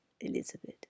Elizabeth